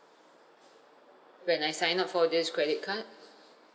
when I sign up for this credit card